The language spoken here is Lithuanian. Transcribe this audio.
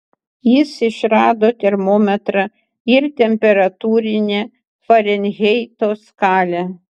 jis išrado termometrą ir temperatūrinę farenheito skalę